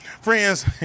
Friends